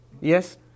yes